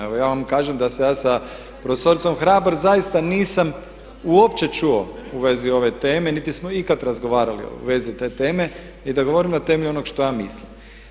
Evo ja vam kažem da se ja sa profesoricom Hrabar zaista nisam uopće čuo u vezi ove teme niti smo ikad razgovarali u vezi te teme i da govorim na temelju onog što ja mislim.